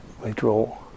withdrawal